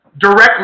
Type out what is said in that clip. directly